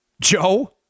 joe